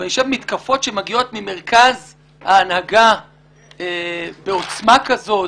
אבל מתקפות שמגיעות ממרכז ההנהגה בעוצמה כזאת,